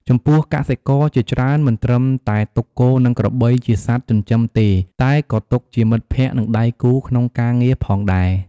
ចំពោះកសិករជាច្រើនមិនត្រឹមតែទុកគោ និងក្របីជាសត្វចិញ្ចឹមទេ តែក៏ទុកជាមិត្តភក្ដិ និងដៃគូក្នុងការងារផងដែរ។